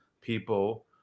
people